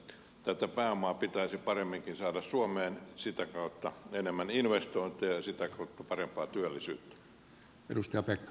tätä pääomaa pitäisi paremminkin saada suomeen sitä kautta enemmän investointeja ja sitä kautta parempaa työllisyyttä